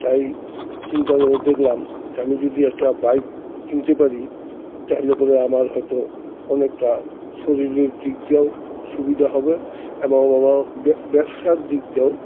তাই চিন্তা করে দেখলাম আমি যদি একটা বাইক কিনতে পারি তাহলে পরে আমার হয়তো অনেকটা শরীরের দিক দিয়েও সুবিধা হবে এবং আমার ব্যবসার দিক দিয়েও